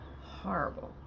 horrible